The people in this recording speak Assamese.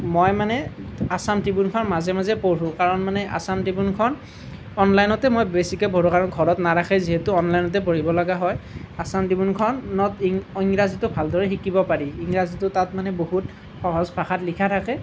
মই মানে আছাম ট্ৰিবিউনখন মাজে মাজে পঢ়োঁ কাৰণ মানে আছাম ট্ৰিবিউনখন অনলাইনতে মই বেছিকৈ পঢ়োঁ কাৰণ ঘৰত নাৰাখে যিহেতু অনলাইনতে পঢ়িবলগা হয় আছাম ট্ৰিবিউনখনত ইং ইংৰাজীটো ভালকৈ শিকিব পাৰি ইংৰাজীটো তাত মানে বহুত সহজ ভাষাত লিখা থাকে